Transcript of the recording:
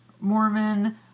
Mormon